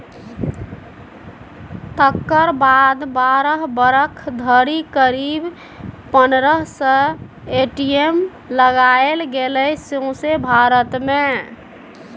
तकर बाद बारह बरख धरि करीब पनरह सय ए.टी.एम लगाएल गेलै सौंसे भारत मे